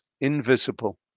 invisible